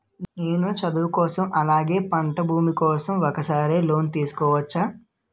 నేను చదువు కోసం అలాగే పంట భూమి కోసం ఒకేసారి లోన్ తీసుకోవచ్చా?